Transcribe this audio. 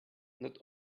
not